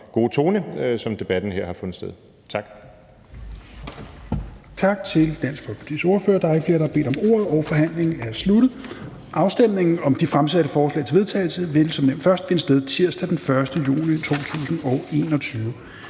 gode tone, som debatten her har fundet sted i. Tak.